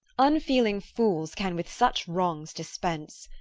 unfeeling fools can with such wrongs dispense.